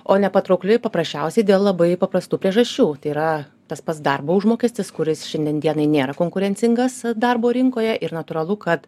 o nepatraukli paprasčiausiai dėl labai paprastų priežasčių tai yra tas pats darbo užmokestis kuris šiandien dienai nėra konkurencingas darbo rinkoje ir natūralu kad